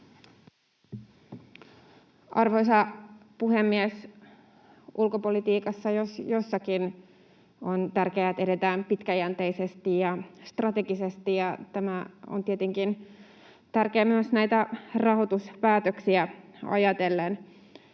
Arvoisa puhemies! Ulkopolitiikassa jos jossakin on tärkeää, että edetään pitkäjänteisesti ja strategisesti, ja tämä on tietenkin tärkeää myös näitä rahoituspäätöksiä ajatellen.